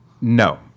No